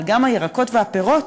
אבל גם הירקות והפירות,